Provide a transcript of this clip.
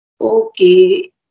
Okay